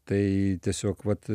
tai tiesiog vat